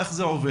איך זה עובד?